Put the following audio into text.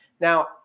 Now